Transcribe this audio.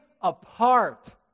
apart